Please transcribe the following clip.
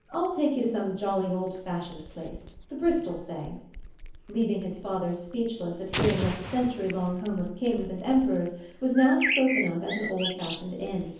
i'll take you to some jolly old-fashioned place the bristol say leaving his father speechless at hearing that the century-long home of kings and emperors was now spoken of as an old-fashioned inn,